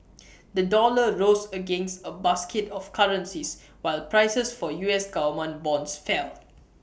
the dollar rose against A basket of currencies while prices for U S Government bonds fell